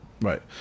Right